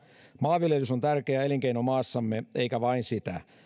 maanviljelys on tärkeä elinkeino maassamme eikä vain sitä